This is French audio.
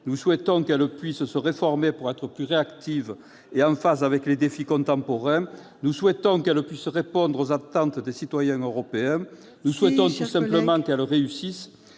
Nous souhaitons qu'elle puisse se réformer pour être plus réactive et en phase avec les défis contemporains. Nous souhaitons qu'elle puisse répondre aux attentes des citoyens européens. Nous souhaitons tout simplement qu'elle réussisse.